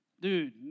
Dude